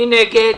מי נגד?